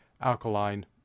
alkaline